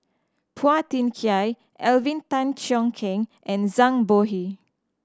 Phua Thin Kiay Alvin Tan Cheong Kheng and Zhang Bohe